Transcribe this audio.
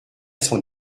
son